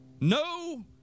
no